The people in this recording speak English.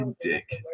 dick